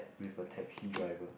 with a taxi driver